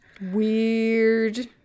Weird